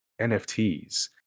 NFTs